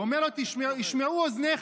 הוא אומר לו: ישמעו אוזניך,